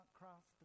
cross